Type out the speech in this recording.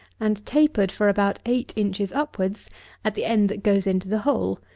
and tapered for about eight inches upwards at the end that goes into the hole,